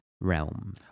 realm